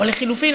או לחלופין,